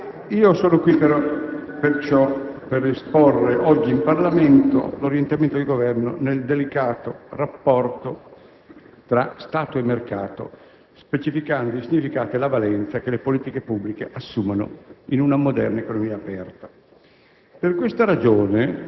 Sono qui, perciò, per esporre oggi in Parlamento l'orientamento del Governo nel delicato rapporto tra Stato e mercato, specificando i significati e la valenza che le politiche pubbliche assumono in una moderna economia aperta.